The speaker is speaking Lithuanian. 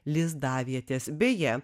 lizdavietės beje